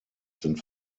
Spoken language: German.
sind